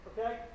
Okay